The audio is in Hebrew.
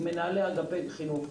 עם מנהלי אגפי חינוך,